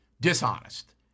dishonest